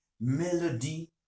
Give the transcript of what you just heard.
melody